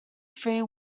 three